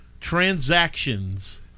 transactions